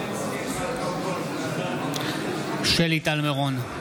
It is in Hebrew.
בעד שלי טל מירון,